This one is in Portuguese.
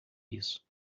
isso